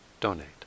donate